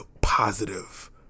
positive